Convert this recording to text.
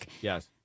Yes